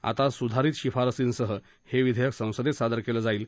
आता सुधारित शिफारसींसह हे विधेयक संसदेत सादर केलं जाईल